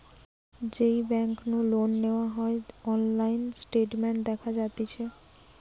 যেই বেংক নু লোন নেওয়া হয়অনলাইন স্টেটমেন্ট দেখা যাতিছে